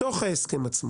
בתוך ההסכם עצמו